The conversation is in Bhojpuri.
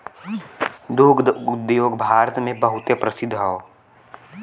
दुग्ध उद्योग भारत मे बहुते प्रसिद्ध हौ